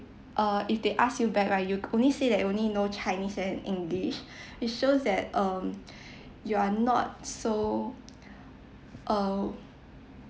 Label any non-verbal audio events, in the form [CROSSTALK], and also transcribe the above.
err if they ask you back right you only say that you only know chinese and english [BREATH] it shows that um [BREATH] you are not so [BREATH] um